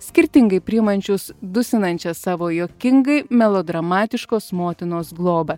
skirtingai priimančius dusinančią savo juokingai melodramatiškos motinos globą